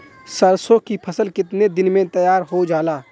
सरसों की फसल कितने दिन में तैयार हो जाला?